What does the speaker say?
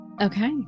okay